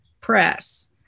press